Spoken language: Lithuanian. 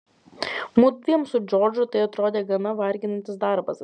mudviem su džordžu tai atrodė gana varginantis darbas